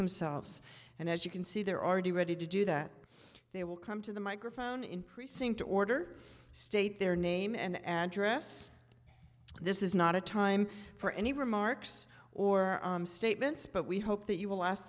themselves and as you can see they're already ready to do that they will come to the microphone increasing to order state their name and address this is not a time for any remarks or statements but we hope that you will ask